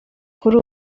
kuri